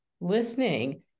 listening